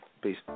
peace